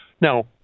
Now